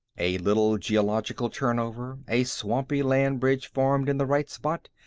a little geological turnover, a swampy land bridge formed in the right spot,